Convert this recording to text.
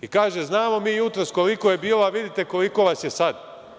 I kaže znamo mi jutros koliko je bilo, a vidite koliko vas je sada.